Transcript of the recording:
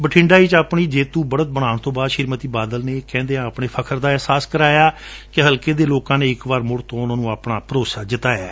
ਬਠਿੰਡਾ ਵਿਚ ਆਪਣੀ ਜੇਤੁ ਬੜੁਤ ਬਣਾਉਣ ਤੋਂ ਬਾਅਦ ਸ੍ਤੀਮਤੀ ਬਾਦਲ ਨੇ ਇਹ ਕਹਿਦਿਆ ਆਪਣੇ ਫਖਰ ਦਾ ਏਹਸਾਸ ਕਰਵਾਇਆ ਕਿ ਹਲਕੇ ਦੇ ਲੋਕਾ ਨੇ ਇਕ ਵਾਰ ਮੁੜ ਤੋ ਉਨੁਾ ਵਿਚ ਆਪਣਾ ਭਰੋਸਾ ਜਤਾਇਐ